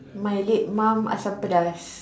my late mum Asam-pedas